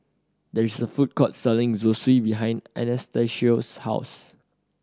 there is a food court selling Zosui behind Anastacio's house